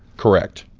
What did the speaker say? correct.